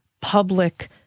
public